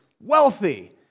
wealthy